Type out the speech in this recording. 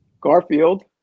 Garfield